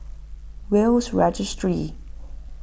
Will's Registry